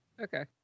Okay